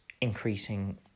increasing